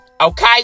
okay